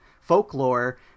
folklore